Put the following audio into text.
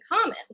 common